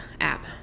app